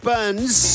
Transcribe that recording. Burns